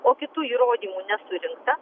o kitų įrodymų nesurinkta